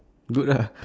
good lah